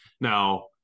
Now